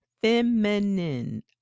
feminine